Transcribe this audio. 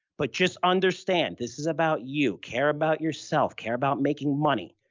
but just understand this is about you. care about yourself, care about making money,